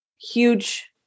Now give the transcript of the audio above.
huge